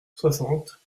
soixante